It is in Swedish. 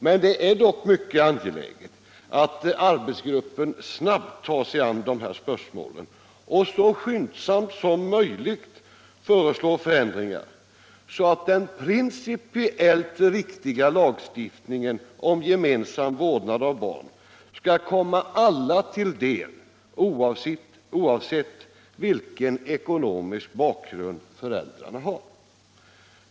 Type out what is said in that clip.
Men det är dock angeläget att arbetsgruppen snabbt tar sig an dessa spörsmål och så skyndsamt som möjligt föreslår förändringar, så att den principiellt riktiga lagstiftningen om gemensam vårdnad av barn skall kunna komma alla till del oavsett vilken ekonomisk bakgrund föräldrarna har.